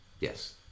Yes